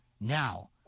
Now